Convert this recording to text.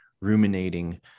ruminating